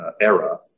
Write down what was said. era